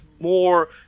more